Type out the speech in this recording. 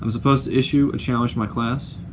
i'm supposed to issue a challenge to my class,